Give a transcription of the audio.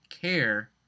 care